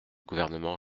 gouvernement